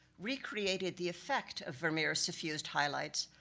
recreated the effect of vermeer's suffused highlights,